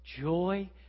joy